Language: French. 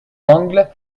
angles